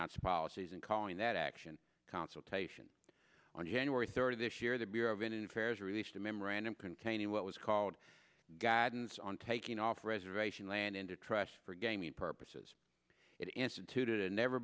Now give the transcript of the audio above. ounced policies and calling that action consultation on january third of this year the bureau of indian affairs released a memorandum containing what was called guidance on taking off reservation land into trusts for gaming purposes it instituted a never